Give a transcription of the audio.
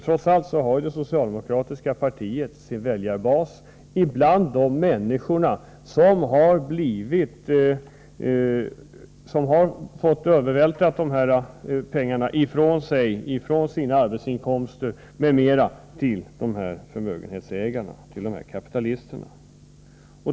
Trots allt har det socialdemokratiska partiet sin väljarbas bland de människor från vilkas arbetsinkomster pengar övervältrats till de här förmögenhetsägarna, kapitalisterna.